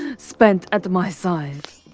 spent at my side.